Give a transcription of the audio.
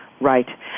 Right